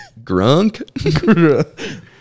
Grunk